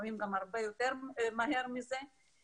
לפעמים גם הרבה יותר מהר מזה.